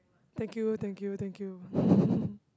thank you thank you thank you